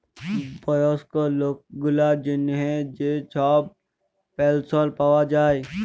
বয়স্ক লক গুলালের জ্যনহে যে ছব পেলশল পাউয়া যায়